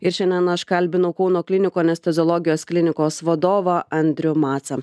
ir šiandien aš kalbinau kauno klinikų anesteziologijos klinikos vadovą andrių macą